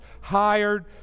hired